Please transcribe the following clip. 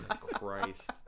Christ